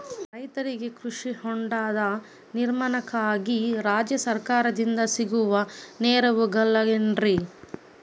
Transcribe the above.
ರೈತರಿಗೆ ಕೃಷಿ ಹೊಂಡದ ನಿರ್ಮಾಣಕ್ಕಾಗಿ ರಾಜ್ಯ ಸರ್ಕಾರದಿಂದ ಸಿಗುವ ನೆರವುಗಳೇನ್ರಿ?